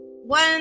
One